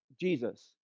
Jesus